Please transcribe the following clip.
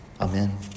amen